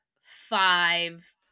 five